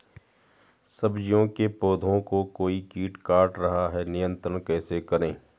सब्जियों के पौधें को कोई कीट काट रहा है नियंत्रण कैसे करें?